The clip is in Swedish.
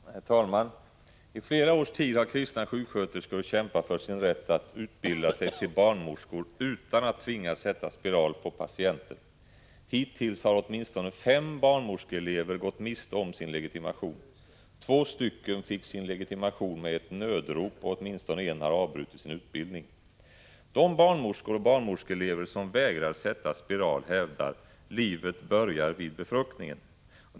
Herr talman! I flera års tid har kristna sjuksköterskor kämpat för sin rätt att utbilda sig till barnmorskor utan att tvingas sätta spiral på patienter. Hittills har åtminstone fem barnmorskeelever gått miste om sin legitimation. Två fick sin legitimation med ett nödrop, och åtminstone en har avbrutit sin utbildning. De barnmorskor och barnmorskeelever som vägrar sätta spiral hävdar att livet börjar vid befruktningen.